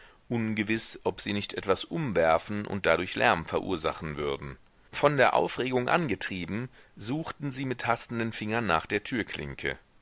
ungewiß ob sie nicht etwas umwerfen und dadurch lärm verursachen würden von der aufregung angetrieben suchten sie mit hastenden fingern nach der türklinke